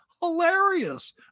hilarious